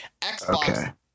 Xbox